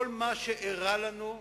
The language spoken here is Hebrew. כל מה שאירע לנו,